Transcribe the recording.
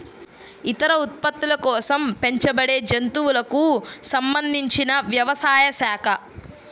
ఇతర ఉత్పత్తుల కోసం పెంచబడేజంతువులకు సంబంధించినవ్యవసాయ శాఖ